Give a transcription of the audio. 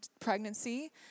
pregnancy